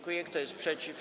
Kto jest przeciw?